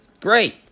great